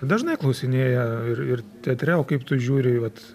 dažnai klausinėja ir ir teatre o kaip tu žiūri į vat